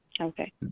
Okay